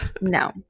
No